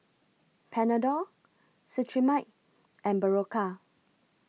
Panadol Cetrimide and Berocca